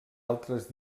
altres